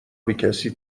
بکسی